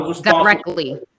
directly